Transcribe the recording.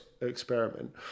experiment